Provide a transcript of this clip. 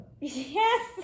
Yes